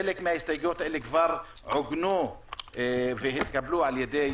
חלק מההסתייגויות האלה כבר עוגנו והתקבלנו על ידי